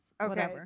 Okay